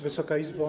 Wysoka Izbo!